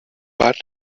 but